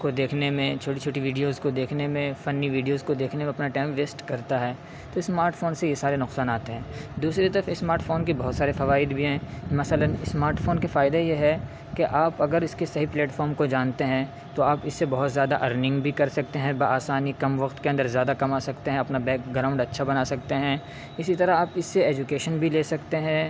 کو دیکھنے میں چھوٹی چھوٹی ویڈیوز کو دیکھنے میں فنی ویڈیوز کو دیکھنے میں اپنا ٹائم ویسٹ کرتا ہے تو اسمارٹ فون سے یہ سارے نقصانات ہیں دوسری طرف اسمارٹ فون کے بہت سارے فوائد بھی ہیں مثلاً اسمارٹ فون کے فائدہ یہ ہے کہ آپ اگر اس کے صحیح پلیٹفارم کو جانتے ہیں تو آپ اس سے بہت زیادہ ارننگ بھی کر سکتے ہیں بہ آسانی کم وقت کے اندر زیادہ کما سکتے ہیں اپنا بیک گرواؤنڈ اچّھا بنا سکتے ہیں اسی طرح آپ اس سے ایجوکیشن بھی لے سکتے ہیں